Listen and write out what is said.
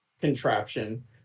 contraption